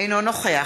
אינו נוכח